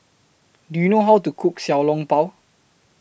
Do YOU know How to Cook Xiao Long Bao